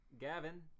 Gavin